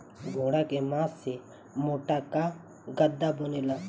घोड़ा के मास से मोटका गद्दा बनेला